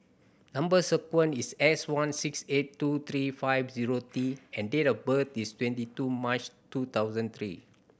number sequence is S one six eight two three five zero T and date of birth is twenty two March two thousand eight